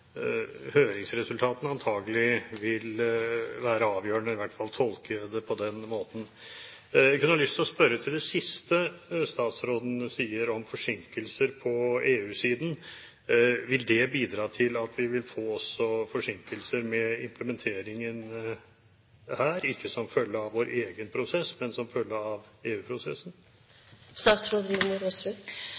høringsresultatene antagelig vil være avgjørende. I hvert fall tolker jeg det på den måten. Jeg kunne ha lyst til å spørre til det siste statsråden sier om forsinkelser på EU-siden: Vil det bidra til at vi også vil få forsinkelser med implementeringen her, ikke som følge av vår egen prosess, men som følge av